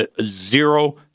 zero